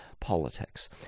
politics